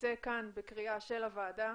נצא בקריאה של הוועדה,